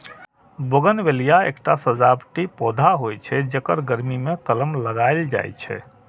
bougainvillea एकटा सजावटी पौधा होइ छै, जेकर गर्मी मे कलम लगाएल जाइ छै